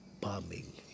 bombing